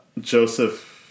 Joseph